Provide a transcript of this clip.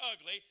ugly